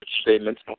statements